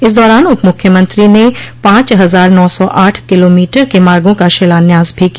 इस दौरान उप मुख्यमंत्री ने पांच हजार नौ सौ आठ किलोमीटर के मार्गो का शिलान्यास भी किया